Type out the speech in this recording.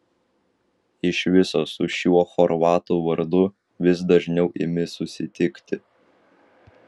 iš viso su šiuo chorvato vardu vis dažniau imi susitikti